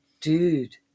Dude